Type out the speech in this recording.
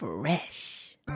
Fresh